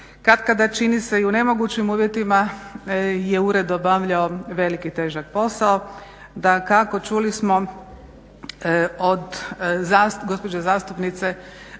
katkada čini se i u nemogućim uvjetima je ured obavljao velik i težak posao. Dakako čuli smo od gospođe zastupnice,